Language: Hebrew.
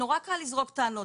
נורא קל לזרוק טענות,